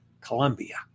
Colombia